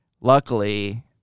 luckily